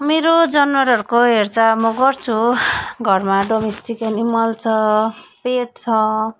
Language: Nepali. मेरो जानवरहरूको हेरचाह म गर्छु घरमा डोमेस्टिक एनिमल छ पेट छ